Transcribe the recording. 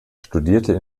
studierte